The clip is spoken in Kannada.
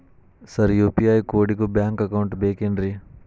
ಸರ್ ಯು.ಪಿ.ಐ ಕೋಡಿಗೂ ಬ್ಯಾಂಕ್ ಅಕೌಂಟ್ ಬೇಕೆನ್ರಿ?